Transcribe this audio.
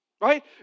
right